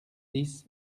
dix